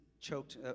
choked